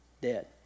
dead